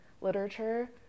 literature